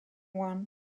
one